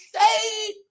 State